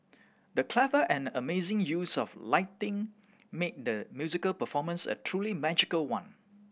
the clever and amazing use of lighting made the musical performance a truly magical one